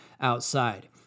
outside